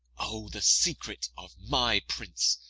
o, the secret of my prince,